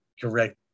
correct